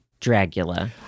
Dragula